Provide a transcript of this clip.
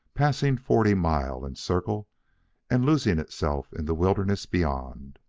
passing forty mile and circle and losing itself in the wilderness beyond.